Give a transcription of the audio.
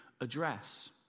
address